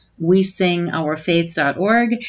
WeSingOurFaith.org